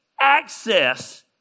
access